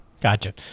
Gotcha